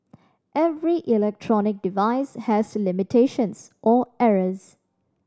every electronic device has limitations or errors